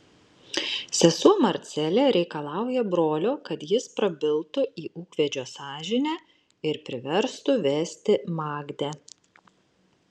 sesuo marcelė reikalauja brolio kad jis prabiltų į ūkvedžio sąžinę ir priverstų vesti magdę